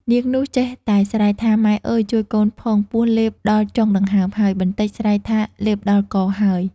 នាង នោះចេះតែស្រែកថា “ម៉ែអើយជួយកូនផង ពស់លេបដល់ចុងដង្ហើមហើយ” បន្ដិចស្រែកថា “លេបដល់កហើយ” ។